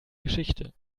geschichte